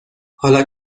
حالا